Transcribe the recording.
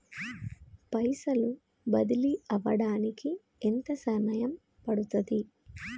పైసలు బదిలీ అవడానికి ఎంత సమయం పడుతది?